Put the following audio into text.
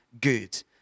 good